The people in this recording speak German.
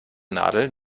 nadel